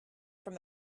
from